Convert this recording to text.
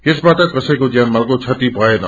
यसबाट कसैको ज्यानमालको क्षति भएन